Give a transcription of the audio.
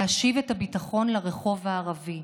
להשיב את הביטחון לרחוב הערבי,